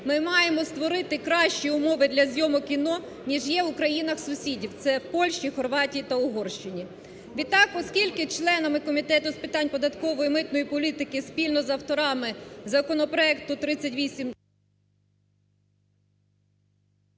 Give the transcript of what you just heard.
ми маємо створити кращі умови для зйомок кіно, ніж є у країнах сусідів, це Польщі, Хорватії та Угорщині. Відтак, оскільки членами Комітету з питань податкової, митної політики спільно з авторами законопроекту 38…